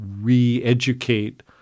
re-educate